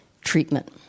treatment